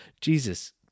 Jesus